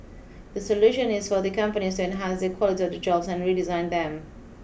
the solution is for the companies to enhance the quality of the jobs and redesign them